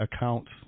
accounts